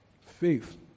faith